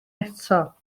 eto